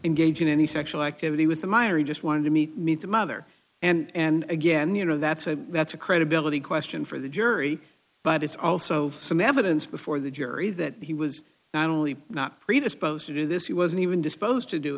engage in any sexual activity with a minor he just wanted to meet meet the mother and again you know that's a that's a credibility question for the jury but it's also some evidence before the jury that he was not only not predisposed to do this he wasn't even disposed to do